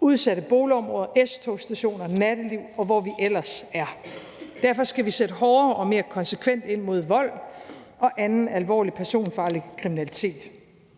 i udsatte boligområder, på S-togsstationer, i nattelivet, og hvor vi ellers er. Derfor skal vi sætte hårdere og mere konsekvent ind imod vold og anden alvorlig personfarlig kriminalitet.